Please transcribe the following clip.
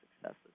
successes